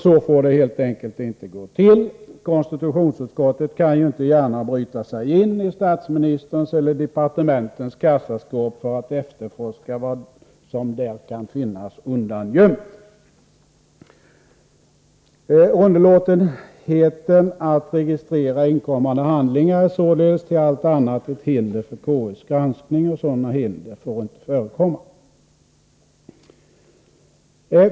Så får det helt enkelt inte gå till. Konstitutionsutskottet kan ju inte gärna bryta sig in i statsministerns eller departementens kassaskåp för att efterforska vad som där kan finnas undangömt. Underlåtenhet att registrera inkommande handlingar är således till allt annat ett hinder för KU:s granskning. Och sådana hinder får inte förekomma.